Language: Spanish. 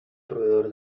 proveedor